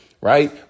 right